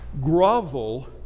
grovel